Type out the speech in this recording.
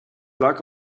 luck